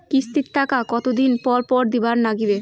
কিস্তির টাকা কতোদিন পর পর দিবার নাগিবে?